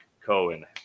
Cohen